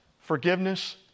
forgiveness